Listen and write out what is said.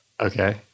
Okay